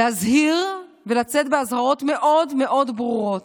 להזהיר ולצאת באזהרות מאוד מאוד ברורות.